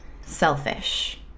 selfish